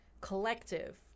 collective